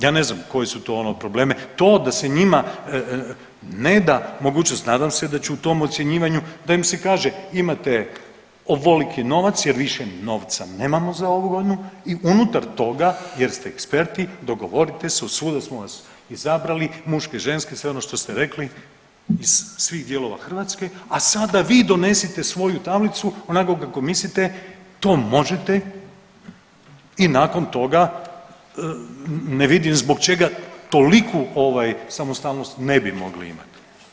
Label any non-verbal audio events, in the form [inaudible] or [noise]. Ja ne znam koje su to ono probleme, to da se njima ne da mogućnost, nadam se da će u tom ocjenjivanju da im se kaže imate ovoliki novac jer više novca nemamo za ovu godinu i unutar toga jer ste eksperti dogovorite se … [unintelligible] smo vas izabrali, muške, ženske sve ono što ste rekli iz svih dijelova Hrvatske, a sada vi donesite svoju tablicu onako kako mislite, to možete i nakon toga ne vidim zbog čega toliku ovaj samostalnost ne bi mogli imati.